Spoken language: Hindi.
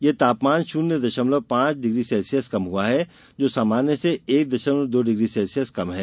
यह तापमान शून्य दशमलव पांच सेल्सियस कम हुआ है जो सामान्य से एक दशमलव दो डिग्री सेल्सियस कम है